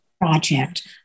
project